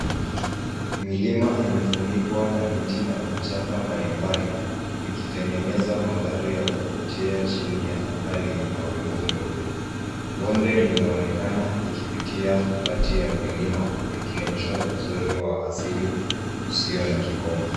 Milima imefunikwa na miti na vichaka mbali mbali, vikitengeneza mandhari ya kuvutia chini ya anga lenye mawingu meupe. Bonde linaonekana likipitia kati ya vilima, likionyesha uzuri wa asili usio na kikomo.